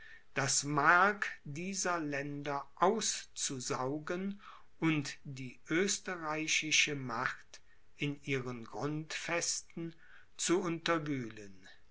das mark dieser länder auszusaugen und die österreichische macht in ihren grundfesten zu unterwühlen